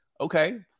Okay